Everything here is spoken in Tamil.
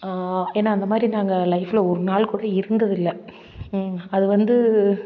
ஏன்னால் அந்த மாதிரி நாங்கள் லைஃப்பில் ஒரு நாள் கூட இருந்தது இல்லை அது வந்து